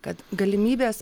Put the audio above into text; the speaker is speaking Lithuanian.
kad galimybės